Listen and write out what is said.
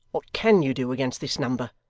what can you do against this number?